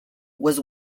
was